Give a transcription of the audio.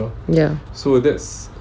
ya